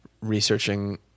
researching